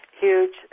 huge